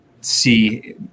see